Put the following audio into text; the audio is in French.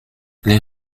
les